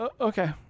Okay